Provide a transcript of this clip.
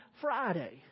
Friday